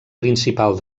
principal